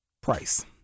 Price